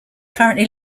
currently